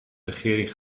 regering